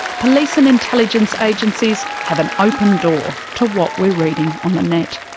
police and intelligence agencies have an open door to what we're reading on the net,